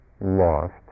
lost